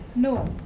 no.